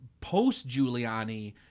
post-Giuliani